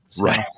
Right